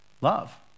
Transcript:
Love